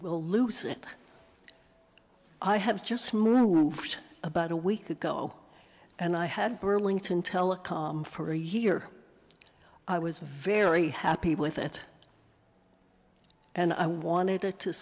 we'll lose it i have just moved about a week ago and i had burlington telecom for a year i was very happy with it and i wanted it to